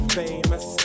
famous